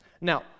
Now